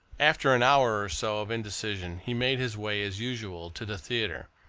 after an hour or so of indecision he made his way, as usual, to the theatre,